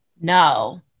no